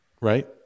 right